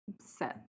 set